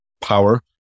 power